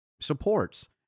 supports